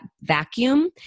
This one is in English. vacuum